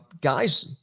guys